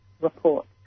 report